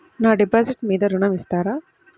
నా డిపాజిట్ మీద ఋణం ఇస్తారా?